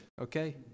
okay